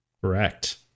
Correct